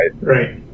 right